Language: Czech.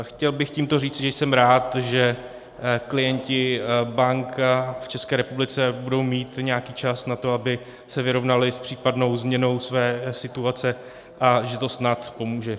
Chtěl bych tímto říci, že jsem rád, že klienti bank v České republice budou mít nějaký čas na to, aby se vyrovnali s případnou změnou své situace, a že to snad pomůže.